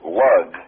lug